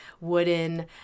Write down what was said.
wooden